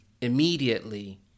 immediately